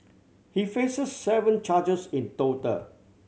he faces seven charges in total